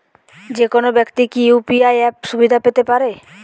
যেকোনো ব্যাক্তি কি ইউ.পি.আই অ্যাপ সুবিধা পেতে পারে?